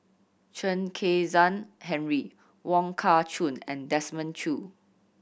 Chen Kezhan Henri Wong Kah Chun and Desmond Choo